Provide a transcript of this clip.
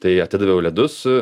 tai atidaviau ledus